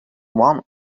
one